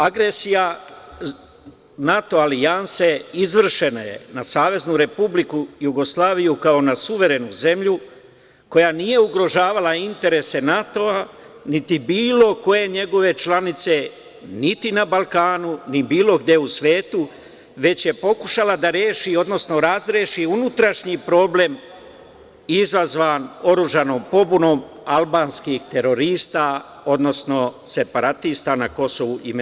Agresija NATO alijanse izvršena je na Saveznu Republiku Jugoslaviju kao na suverenu zemlju koja nije ugrožavala interese NATO, niti bilo koje njegove članice, niti na Balkanu, ni bilo gde u svetu, već je pokušala da reši, odnosno razreši unutrašnji problem izazvan oružanom pobunom albanskih terorista, odnosno separatista na KiM.